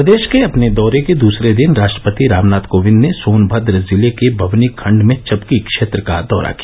प्रदेश के अपने दौरे के दूसरे दिन राष्ट्रपति रामनाथ कोविंद ने सोनभद्र जिले के बमनी खंड में चपकी क्षेत्र का दौरा किया